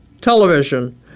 television